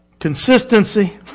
Consistency